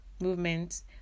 movements